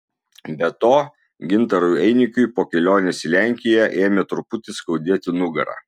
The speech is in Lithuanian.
be to gintarui einikiui po kelionės į lenkiją ėmė truputį skaudėti nugarą